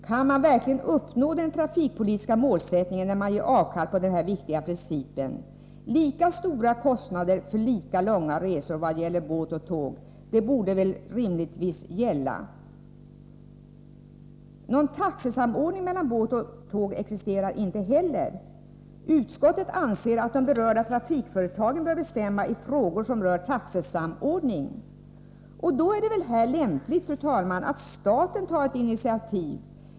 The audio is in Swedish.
Kan man verkligen uppnå den trafikpolitiska målsättningen när man ger avkall på denna viktiga princip — lika stora kostnader för lika långa resor vad gäller båt och tåg? Denna princip borde väl rimligen gälla. Någon taxesamordning mellan båt och tåg existerar inte heller. Utskottet anser att de berörda trafikföretagen bör bestämma i frågor som rör taxesamordning. Då är det väl lämpligt, fru talman, att staten här tar ett initiativ.